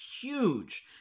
huge